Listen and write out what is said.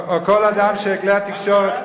או כל אדם שכלי התקשורת,